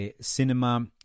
cinema